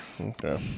Okay